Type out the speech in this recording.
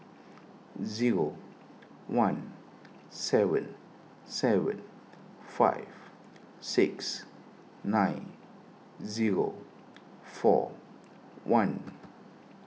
zero one seven seven five six nine zero four one